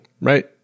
right